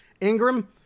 Ingram